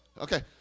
Okay